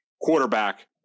quarterback